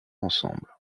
ensemble